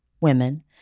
women